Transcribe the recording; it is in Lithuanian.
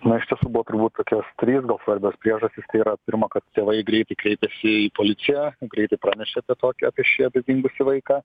na iš tiesų buvo turbūt tokios trys gal svarbios priežastys tai yra pirma kad tėvai greitai kreipės į policiją greitai pranešė apie tokį apie šį apie dingusį vaiką